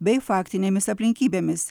bei faktinėmis aplinkybėmis